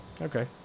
okay